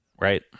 right